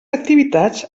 activitats